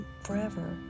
forever